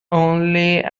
only